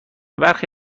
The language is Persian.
برخی